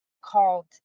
called